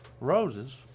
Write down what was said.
roses